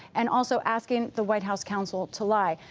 and also asking the white house counsel to lie.